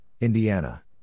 Indiana